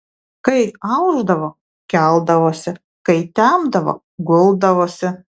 kai aušdavo keldavosi kai temdavo guldavosi